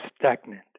stagnant